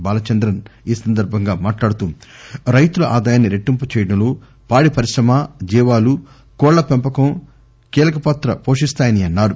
బాలచంద్రన్ ఈ సందర్భంగా మాట్లాడుతూ రైతుల ఆదాయాన్ని రెట్టింపు చేయడంలో పాడి పరిశ్రమ జీవాలు కోళ్ళ పెంపకం కీలక పాత్ర పోషిస్తాయని అన్సారు